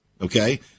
Okay